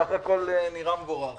בסך הכול נראה מבורך.